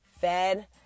fed